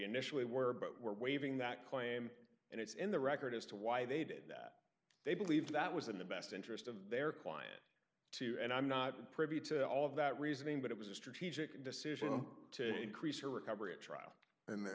initially were but were waving that claim and it's in the record as to why they did that they believe that was in the best interest of their client too and i'm not privy to all of that reasoning but it was a strategic decision to increase her recovery at trial and